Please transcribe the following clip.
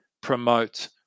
promote